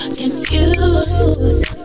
confused